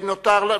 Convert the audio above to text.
חבר הכנסת בן-ארי,